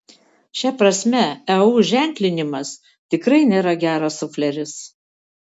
šia prasme eu ženklinimas tikrai nėra geras sufleris